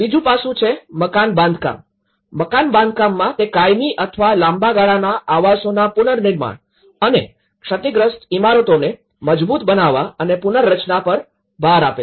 બીજું પાસું છે મકાન બાંધકામ મકાન બાંધકામમાં તે કાયમી અથવા લાંબા ગાળાના આવાસોના પુનર્નિર્માણ અને ક્ષતિગ્રસ્ત ઇમારતોને મજબુત બનાવવા અને પુનરરચના તરફ ભાર આપે છે